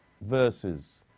verses